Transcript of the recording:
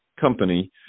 company